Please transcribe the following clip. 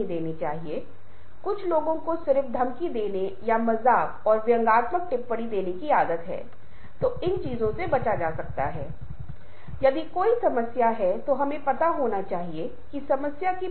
और मुझे आशा है कि हमने जो सेवा की है वह आपके साथ की गई है और जो निष्कर्ष हमने साझा किए हैं वे भी आपको इस बारे में बताएंगे